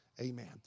amen